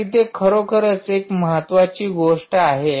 तर इथे खरोखरच एक महत्त्वाची गोष्ट आहे